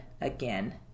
again